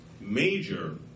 major